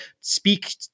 speak